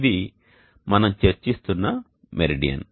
ఇది మనం చర్చిస్తున్న మెరిడియన్